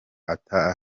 ata